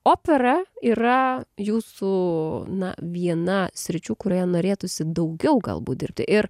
opera yra jūsų na viena sričių kurioje norėtųsi daugiau galbūt dirbti ir